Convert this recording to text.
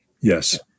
Yes